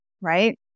right